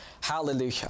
Hallelujah